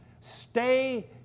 stay